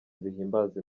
zihimbaza